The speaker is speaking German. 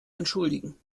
entschuldigen